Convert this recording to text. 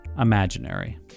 imaginary